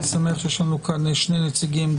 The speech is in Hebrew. יש לנו שני נציגים,